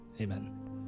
Amen